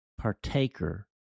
partaker